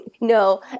No